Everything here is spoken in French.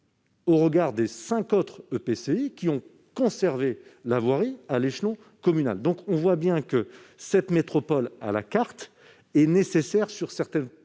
que les cinq autres EPCI ont conservé la voirie à l'échelon communal. On voit bien que cette métropole à la carte est nécessaire sur certaines